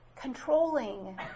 controlling